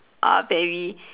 are very